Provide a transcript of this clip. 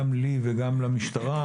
גם לי וגם למשטרה,